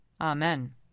Amen